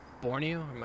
Borneo